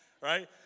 right